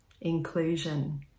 inclusion